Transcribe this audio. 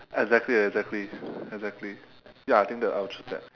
exactly exactly exactly ya I think that I will choose that